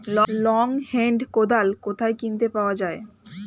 Long hand কোদাল কোথায় কিনতে পাওয়া যায়?